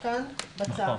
שייתן הצהרה,